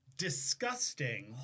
disgusting